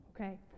Okay